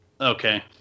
Okay